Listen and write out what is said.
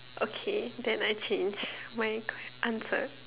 okay then I change my answer